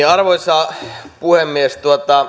arvoisa puhemies